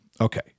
Okay